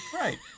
Right